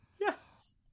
Yes